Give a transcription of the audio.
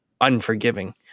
unforgiving